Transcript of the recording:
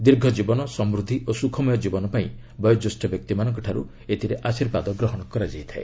ଦୀର୍ଘ କୀବନ ସମୂଦ୍ଧି ଓ ସୁଖମୟ ଜୀବନ ପାଇଁ ବୟୋଜ୍ୟେଷ୍ଠ ବ୍ୟକ୍ତିମାନଙ୍କଠାରୁ ଆଶୀର୍ବାଦ ଗ୍ରହଣ କରାଯାଇଥାଏ